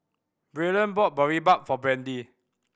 Braylen bought Boribap for Brandy